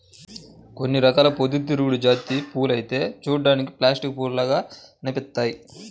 కొన్ని రకాల పొద్దుతిరుగుడు జాతి పూలైతే చూడ్డానికి ప్లాస్టిక్ పూల్లాగా అనిపిత్తయ్యి